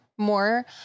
More